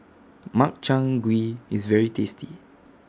Makchang Gui IS very tasty